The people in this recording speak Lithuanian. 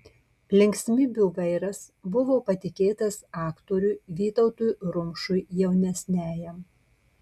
linksmybių vairas buvo patikėtas aktoriui vytautui rumšui jaunesniajam